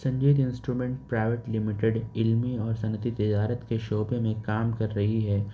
Sanjeet instrument private limited علمی اور صنعتی تجارت کے شعبے میں کام کر رہی ہے